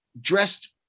dressed